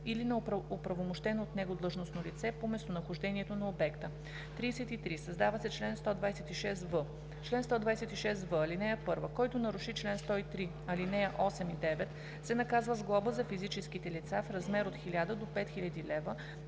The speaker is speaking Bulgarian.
или на оправомощено от него длъжностно лице по местонахождението на обекта.“ 33. Създава се чл. 126в: „Чл. 126в. (1) Който наруши чл. 103, ал. 8 и 9, се наказва с глоба за физическите лица в размер от 1000 до 5000 лв.,